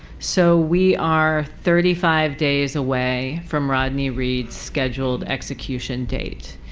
so we are thirty five days away from rodney reed's scheduled execution date.